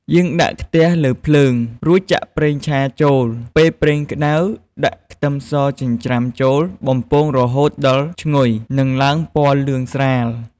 យើងដាក់ខ្ទះលើភ្លើង រួចចាក់ប្រេងឆាចូល ពេលប្រេងក្ដៅ ដាក់ខ្ទឹមសចិញ្ច្រាំចូលបំពងរហូតដល់ឈ្ងុយនិងឡើងពណ៌លឿងស្រាល។